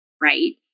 right